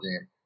game